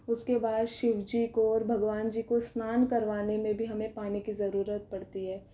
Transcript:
उसके बाद शिवजी को और भगवान जी को स्नान करवाने में भी हमें पानी की ज़रुरत पड़ती है